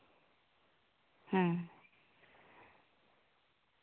ᱦᱮᱸ